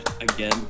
again